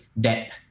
debt